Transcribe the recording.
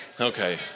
Okay